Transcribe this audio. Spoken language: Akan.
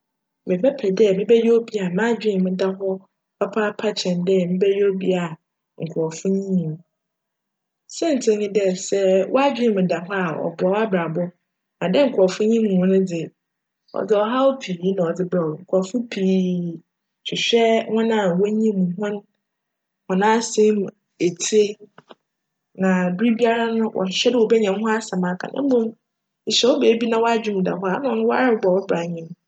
Mebjpj dj mebjyj obi a m'adwen mu da hc papaapa kyjn dj mebjyj obi a nkorcfo nyim me. Siantsir nye dj sj w'adwen mu da hc a, cboa w'abrabc na dj nkorcfo pii nyim wo no dze, cdze chaw pii na cdze berj wo. Nkorcfo pii hwehewj hcn a wonyim hcn, hcn asjm mu etsie na ber biara wcrohwehwj dj wobenya wo ho asjm aka mbom ehyj wo beebi na w'adwen mu da hc a, nna erobc wo bra ara nye no.